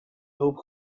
hulp